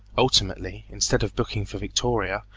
ultimately, instead of booking for victoria,